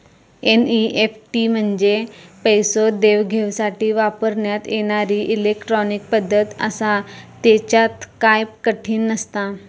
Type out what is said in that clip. NEFT म्हंजे पैसो देवघेवसाठी वापरण्यात येणारी इलेट्रॉनिक पद्धत आसा, त्येच्यात काय कठीण नसता